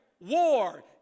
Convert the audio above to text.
war